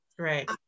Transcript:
right